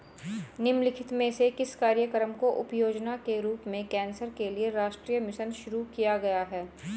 निम्नलिखित में से किस कार्यक्रम को उपयोजना के रूप में कैंसर के लिए राष्ट्रीय मिशन शुरू किया गया है?